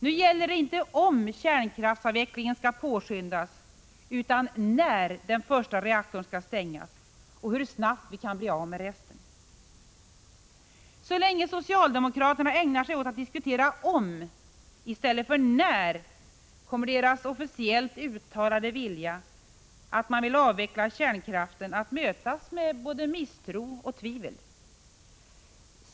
Nu gäller det inte om kärnkraftsavvecklingen skall påskyndas utan när den första reaktorn skall stängas och hur snabbt vi kan bli av med resten. Så länge socialdemokraterna ägnar sig åt att diskutera om i stället för när kommer deras officiellt uttalade vilja att avveckla kärnkraften att mötas med både misstro och tvivel.